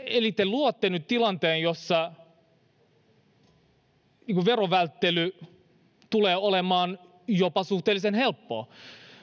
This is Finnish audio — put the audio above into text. eli te luotte nyt tilanteen jossa veron välttely tulee olemaan jopa suhteellisen helppoa